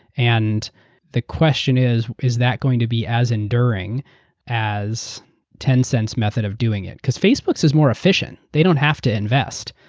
and the question is, is that going to be as enduring as tencent's method of doing it? because facebook is more efficient. they don't have to invest.